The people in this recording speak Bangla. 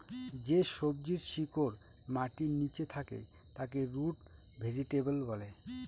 যে সবজির শিকড় মাটির নীচে থাকে তাকে রুট ভেজিটেবল বলে